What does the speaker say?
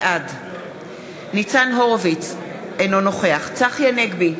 בעד ניצן הורוביץ, אינו נוכח צחי הנגבי,